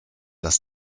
dass